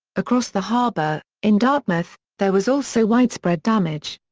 across the harbour, in dartmouth, there was also widespread damage.